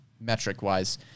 metric-wise